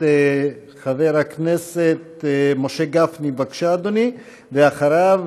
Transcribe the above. חבר הכנסת משה גפני, בבקשה, אדוני, ואחריו,